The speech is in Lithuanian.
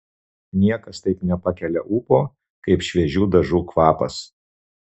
niekas taip nepakelia ūpo kaip šviežių dažų kvapas